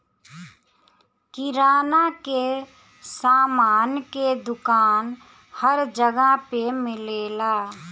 किराना के सामान के दुकान हर जगह पे मिलेला